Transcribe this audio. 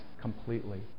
completely